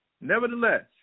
Nevertheless